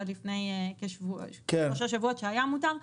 עד לפני כשלושה שבועות שהיה מותר.